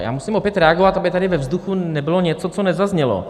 Já musím opět reagovat, aby tady ve vzduchu nebylo něco, co nezaznělo.